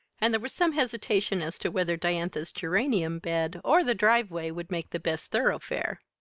and there was some hesitation as to whether diantha's geranium bed or the driveway would make the best thoroughfare.